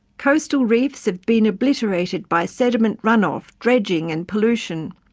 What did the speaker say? coastal reefs have been obliterated by sediment runoff, dredging and pollution,